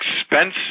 expensive